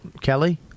Kelly